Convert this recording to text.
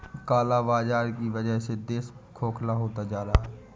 काला बाजार की वजह से देश खोखला होता जा रहा है